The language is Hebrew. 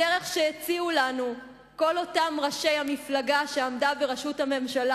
הדרך שהציעו לנו כל אותם ראשי המפלגה שעמדה בראשות הממשלה